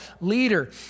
leader